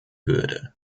würde